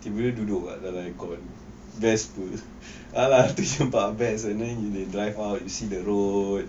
tiba-tiba duduk kat dalam aircon best apa !alah! tercampak beg and you boleh drive out you see the road